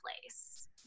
place